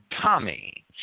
Tommy